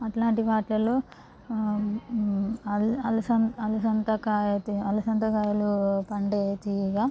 అట్లాంటి వాటిలలో అలసంద అలసంద కాయ తీగ అలసంద కాయలు పండే తీగ